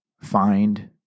find